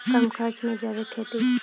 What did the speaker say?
कम खर्च मे जैविक खेती?